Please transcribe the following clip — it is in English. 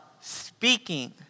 speaking